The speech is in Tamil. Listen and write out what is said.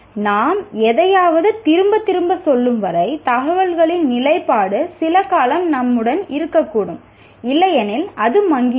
நாம் எதையாவது திரும்பத் திரும்பச் சொல்லும் வரை தகவல்களின் நிலைப்பாடு சில காலம் நம்முடன் இருக்கக்கூடும் இல்லையெனில் அது மங்கிவிடும்